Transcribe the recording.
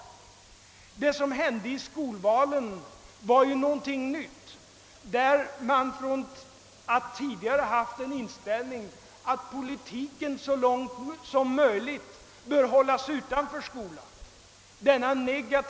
Det som hände i skolvalen var något nytt. Tidigare har man haft den inställningen att politiken så långt som möjligt bör hållas utanför skolan.